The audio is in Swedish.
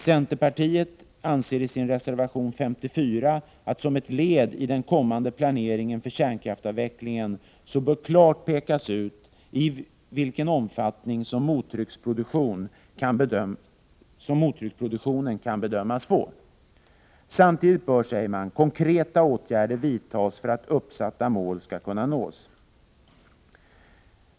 Centerpartiet anser i reservation 54 att som ett led i den kommande planeringen för kärnkraftsavvecklingen bör klart pekas ut vilken omfattning mottrycksproduktionen kan bedömas få. Samtidigt bör, säger man, konkreta åtgärder vidtas för att uppsatta mål skall kunna nås.